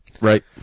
Right